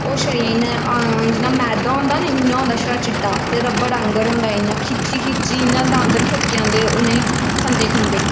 ओह् छड़ियां इ'यां हां जिन्ना मैदा होंदा निं इ'यां होंदा छड़ा चिट्टा ते रबड़ आंगर होंदा इ'यां खिच्ची खिच्ची इ'यां दंद बी थक्की जंदे उ'नेंगी खंदे खंदे